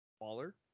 Waller